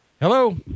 Hello